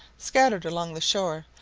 scattered along the shore,